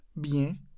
bien